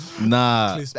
Nah